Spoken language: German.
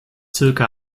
circa